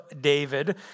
David